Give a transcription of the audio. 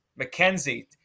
McKenzie